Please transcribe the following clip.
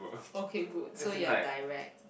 okay good so you're direct